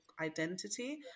identity